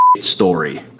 story